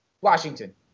Washington